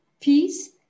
peace